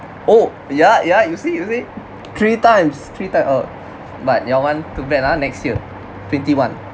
oh yeah yeah you see you see three times three time oh but your one too bad ah next year twenty one